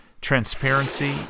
transparency